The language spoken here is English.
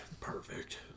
Perfect